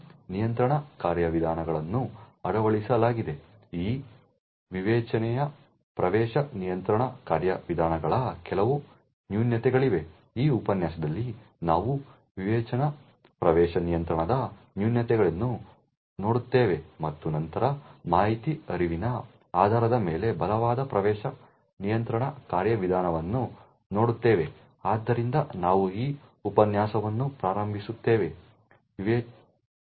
ನಿಯಂತ್ರಣ ಕಾರ್ಯವಿಧಾನಗಳನ್ನು ಅಳವಡಿಸಲಾಗಿದೆ ಈಗ ವಿವೇಚನೆಯ ಪ್ರವೇಶ ನಿಯಂತ್ರಣ ಕಾರ್ಯವಿಧಾನಗಳ ಕೆಲವು ನ್ಯೂನತೆಗಳಿವೆ ಈ ಉಪನ್ಯಾಸದಲ್ಲಿ ನಾವು ವಿವೇಚನೆಯ ಪ್ರವೇಶ ನಿಯಂತ್ರಣದ ನ್ಯೂನತೆಯನ್ನು ನೋಡುತ್ತೇವೆ ಮತ್ತು ನಂತರ ಮಾಹಿತಿ ಹರಿವಿನ ಆಧಾರದ ಮೇಲೆ ಬಲವಾದ ಪ್ರವೇಶ ನಿಯಂತ್ರಣ ಕಾರ್ಯವಿಧಾನವನ್ನು ನೋಡುತ್ತೇವೆ ಆದ್ದರಿಂದ ನಾವು ಈ ಉಪನ್ಯಾಸವನ್ನು ಪ್ರಾರಂಭಿಸುತ್ತೇವೆ ವಿವೇಚನೆಯ ಪ್ರವೇಶ ನಿಯಂತ್ರಣದ ನ್ಯೂನತೆಗಳು